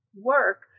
work